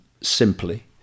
simply